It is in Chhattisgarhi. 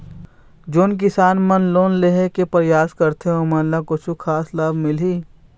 जोन किसान मन लोन लेहे के परयास करथें ओमन ला कछु खास लाभ मिलही?